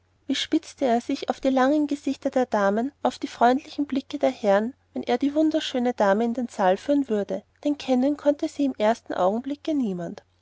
wie spitzte er sich auf die langen gesichter der damen auf die freundlichen blicke der herren wenn er die wunderschöne dame in den saal führen würde denn kennen konnte sie im ersten augenblicke niemand